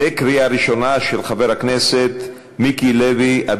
של חבר הכנסת מיקי לוי, לקריאה ראשונה.